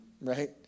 Right